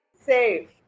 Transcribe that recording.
safe